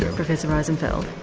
and professor rosenfeld.